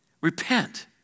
repent